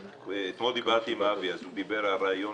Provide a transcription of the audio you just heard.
אתמול דיברתי עם אבי אז הוא דיבר על הרעיון